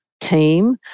team